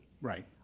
Right